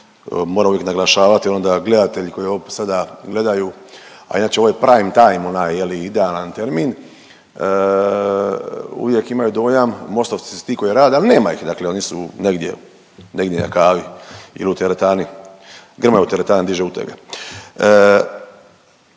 moram uvijek naglašavati ono da gledatelji koji ovo sada gledaju a inače ovo je prime time onaj idealan termin uvijek imaju dojam Mostovci su ti koji rade, ali nema ih. Dakle, oni su negdje na kavi ili u teretani, Grmoja je u teretani, diže utege.